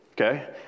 okay